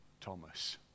Thomas